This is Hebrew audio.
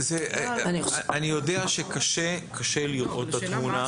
אני יודע שקשה לראות את התמונה.